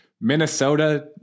Minnesota